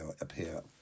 appear